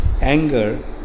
anger